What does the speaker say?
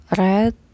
red